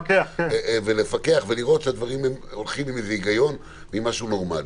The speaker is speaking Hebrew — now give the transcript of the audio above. לפקח ולראות שהדברים הולכים עם איזה הגיון ועם משהו נורמלי.